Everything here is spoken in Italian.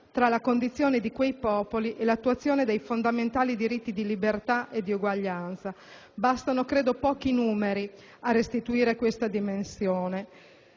tra la condizione di quei popoli e l'attuazione dei fondamentali diritti di libertà e di uguaglianza. Bastano pochi numeri per restituire questa dimensione: